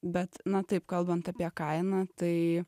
bet na taip kalbant apie kainą tai